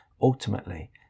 ultimately